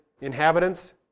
inhabitants